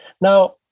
Now